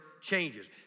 changes